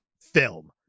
film